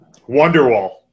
Wonderwall